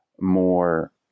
more